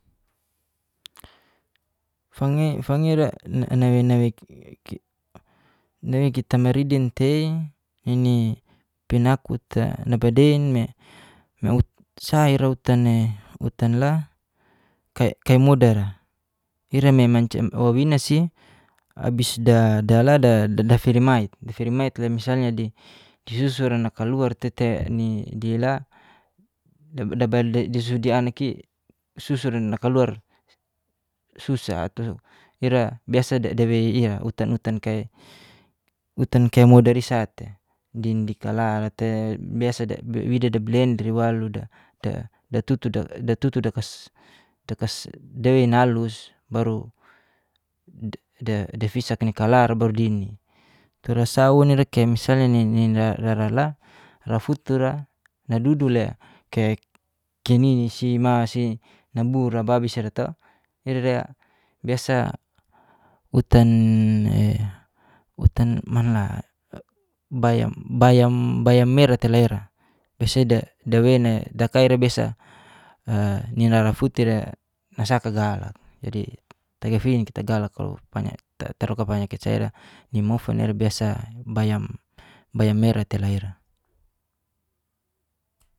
Fange fange ira nawei nawei nawei kita maridin tei, nini penakut ta nabadein me me ut sa ira utan e utan la kai kai modar a, ira me mancia wawina si abis da da la da da firimait da firimait le misalnya di di susu ra nakaluar te tei ni di la da dabail di susu dianak i susu ra nakaluar susa atau ira biasa dawei ia utan utan kai utan kai modar i sa te. dindi ka la te biasa da wida da blender i waluk da da tutu da tutu da kas da kas dawei nalus baru da da fisak ni kalar a baru dini, tura sa woun ira ke misalnya ni nini rara rara la rafutur a nadudu le ke' kinini si ma si nabur ababis ira to, ira ra biasa utan e utan manla bayam bayam bayam mera tela ira, biasa iwa da dawei nai daka ira biasa a nirara futi ra nasaka galak. jadi tagafin kita galak kalo panya ta taroka panyakit sa ira nimofun ira biasa bayam bayam mera tela ira.